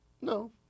No